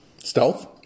Stealth